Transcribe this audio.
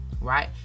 Right